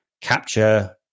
capture